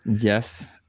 Yes